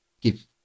give